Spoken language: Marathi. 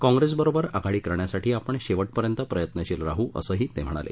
काँग्रेसबरोबर आघाडी करण्यासाठी आपण शेवटपर्यंत प्रयत्नशील राह असंही ते म्हणाले